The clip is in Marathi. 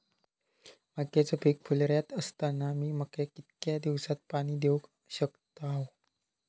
मक्याचो पीक फुलोऱ्यात असताना मी मक्याक कितक्या दिवसात पाणी देऊक शकताव?